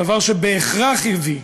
דבר שבהכרח הביא,